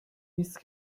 نیست